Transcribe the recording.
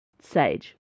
Sage